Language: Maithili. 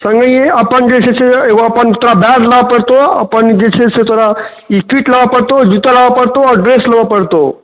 पहिनहिएँ अपन जे छै से एगो अपन तोरा बैग लेबऽ पड़तौ अप्पन जे छै से तोरा ई किट लेबऽ पड़तौ जुत्ता लेबऽ पड़तौ आओर ड्रेस लेबऽ पड़तौ